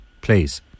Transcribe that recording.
please